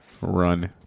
Run